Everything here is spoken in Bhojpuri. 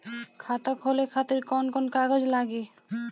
खाता खोले खातिर कौन कौन कागज लागी?